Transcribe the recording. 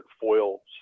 foil